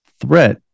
threat